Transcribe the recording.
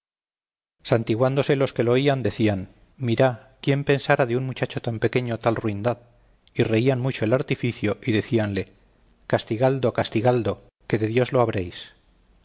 tal hazaña santiguándose los que lo oían decían mirá quién pensara de un muchacho tan pequeño tal ruindad y reían mucho el artificio y decíanle castigaldo castigaldo que de dios lo habréis